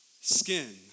skin